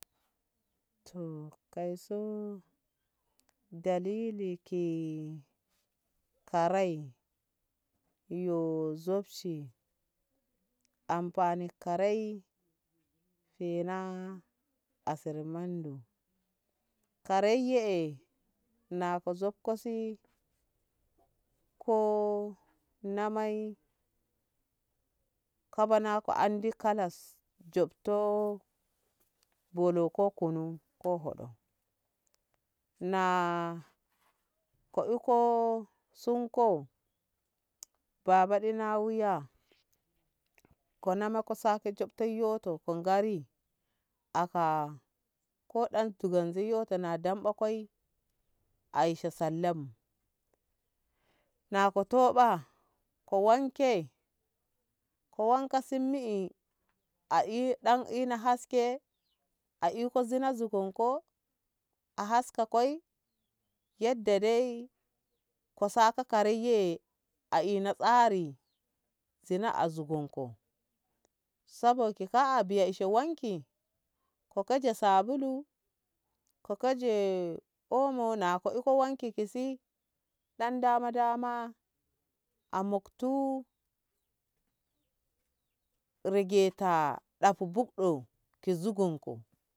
To kai so dalili ki karai yo zofshi amfani karai kenan asar nondu kara ye na ko zofko so ko na mai kaba nako andi ka las dotto bolo ko kunu ko hoɗo na ko'eko sunko babaɗi na wuya kona ma ko sa jobto yo to ko ngari aka ko dan tugonzi yo to na damɓa koi ashe salla na ko tuɓa ko wanke ko wanke sim mi'e a dan e na dan haske a iko zina zigon ko a haska koi yadda kosa ko karaye a ina tsari zini a zugonko sabo ki ka'a biya ishe wanki ko kaje sabulo kokaje omo nako iko wanki kisi dan dama dama a muttu riga ta ɗafu bukɗo ki zugonko.